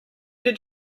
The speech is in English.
did